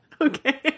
okay